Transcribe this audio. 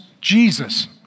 Jesus